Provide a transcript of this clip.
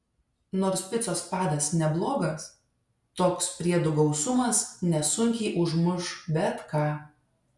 nors picos padas neblogas toks priedų gausumas nesunkiai užmuš bet ką